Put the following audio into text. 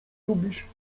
lubisz